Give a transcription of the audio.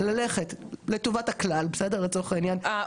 אותם העובדים צריכים לקבל אינפורמציה,